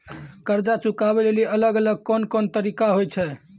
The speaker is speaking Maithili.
कर्जा चुकाबै लेली अलग अलग कोन कोन तरिका होय छै?